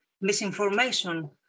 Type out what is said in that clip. misinformation